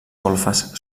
golfes